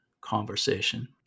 conversation